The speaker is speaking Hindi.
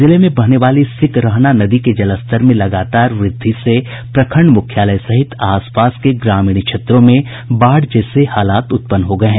जिले में बहने वाली सिकरहना नदी के जलस्तर में लगातार वृद्धि से प्रखंड मूख्यालय सहित आस पास के ग्रामीण क्षेत्रों में बाढ़ जैसे हालात उत्पन्न हो गये हैं